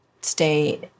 stay